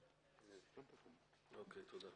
התיקון של התקנה כפי שהוקרא אושר.